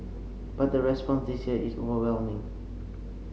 but the response this year is overwhelming